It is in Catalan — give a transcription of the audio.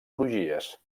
crugies